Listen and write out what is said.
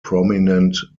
prominent